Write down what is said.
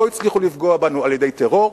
לא הצליחו לפגוע בנו על-ידי טרור,